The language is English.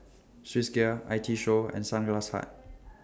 Swissgear I T Show and Sunglass Hut